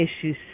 issues